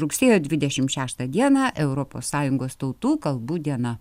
rugsėjo dvidešimt šeštą dieną europos sąjungos tautų kalbų diena